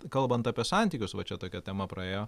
kalbant apie santykius va čia tokia tema praėjo